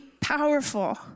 powerful